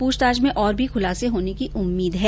पूछताछ में और भी खुलासे होने की उम्मीद है